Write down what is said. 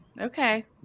Okay